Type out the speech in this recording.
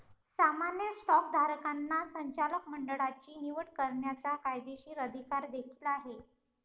सामान्य स्टॉकधारकांना संचालक मंडळाची निवड करण्याचा कायदेशीर अधिकार देखील आहे